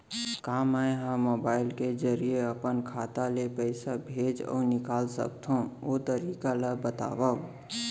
का मै ह मोबाइल के जरिए अपन खाता ले पइसा भेज अऊ निकाल सकथों, ओ तरीका ला बतावव?